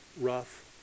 rough